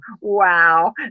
Wow